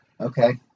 Okay